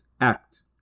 act